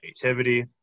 creativity